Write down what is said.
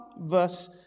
verse